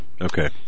Okay